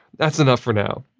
that's enough for now.